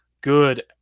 good